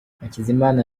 hakizimana